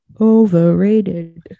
overrated